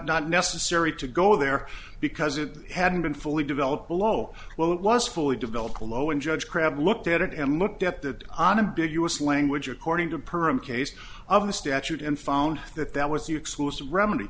not necessary to go there because it hadn't been fully developed below well it was fully developed a low in judge crabb looked at it and looked at that on a big us language according to perm case of the statute and found that that was the exclusive remedy